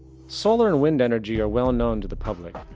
solar and wind energy are well known to the public.